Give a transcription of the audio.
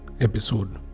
episode